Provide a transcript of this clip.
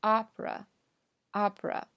,Opera,Opera